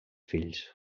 fills